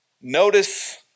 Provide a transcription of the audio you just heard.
Notice